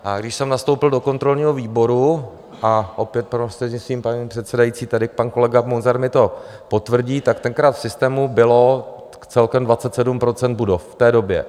A když jsem nastoupil do kontrolního výboru, a opět prostřednictvím paní předsedající, tady pan kolega Munzar mi to potvrdí, tak tenkrát v systému bylo celkem 27 % budov, v té době.